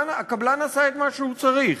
הקבלן עשה את מה שהוא צריך.